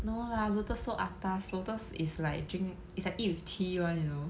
no lah Lotus so atas Lotus is like drink it's like eat with tea one you know